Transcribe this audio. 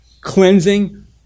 cleansing